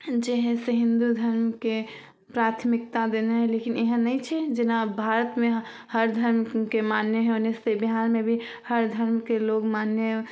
जे हइ से हिन्दू धर्मके प्राथमिकता देने लेकिन एहन नहि छै जेना भारतमे हर धर्मके मान्य होनेसे बिहारमे भी हर धर्मके लोक मान्य